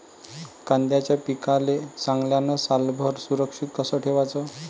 कांद्याच्या पिकाले चांगल्यानं सालभर सुरक्षित कस ठेवाचं?